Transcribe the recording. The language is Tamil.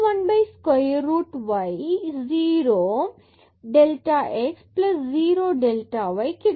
0 delta x 0 delta y கிடைக்கும்